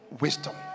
wisdom